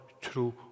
true